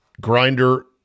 grinder